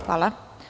Hvala.